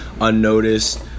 unnoticed